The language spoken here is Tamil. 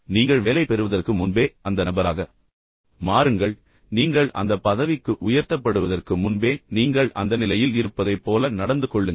நீங்கள் வேலை பெறுவதற்கு முன்பே அந்த நபராக மாறுங்கள் நீங்கள் அந்த பதவிக்கு உயர்த்தப்படுவதற்கு முன்பே நீங்கள் அந்த நிலையில் இருப்பதைப் போல நடந்து கொள்ளுங்கள்